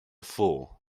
fool